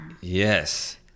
Yes